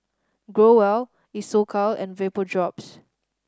Growell Isocal and Vapodrops